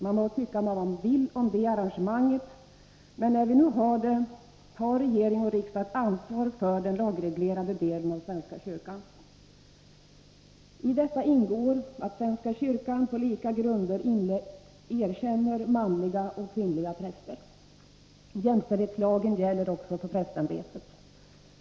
Man må tycka vad man vill om detta arrangemang, men när det nu finns har regering och riksdag ett ansvar för den lagreglerade delen av svenska kyrkan. I denna ingår att svenska kyrkan på lika grunder erkänner manliga och kvinnliga präster. Jämställdhetslagen gäller också för prästämbetet.